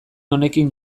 honekin